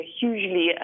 hugely